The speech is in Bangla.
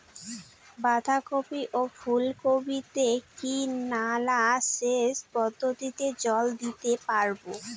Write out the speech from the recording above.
বাধা কপি ও ফুল কপি তে কি নালা সেচ পদ্ধতিতে জল দিতে পারবো?